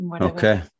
okay